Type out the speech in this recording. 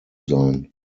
sein